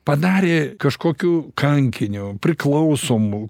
padarė kažkokiu kankiniu priklausomu